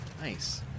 Nice